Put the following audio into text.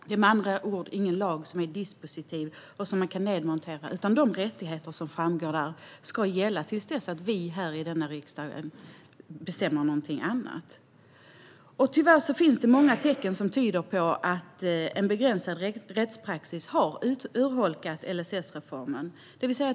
Det är med andra ord ingen lag som är dispositiv och som man kan nedmontera, utan de rättigheter som framgår där ska gälla till dess att vi här i denna riksdag bestämmer någonting annat. Tyvärr finns det många tecken som tyder på att en begränsad rättspraxis har urholkat LSS-reformen.